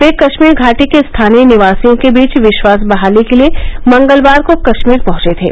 वे कश्मीर घाटी के स्थानीय निवासियों के बीच विश्वास बहाली के लिए मंगलवार को कश्मीर पहंचे थे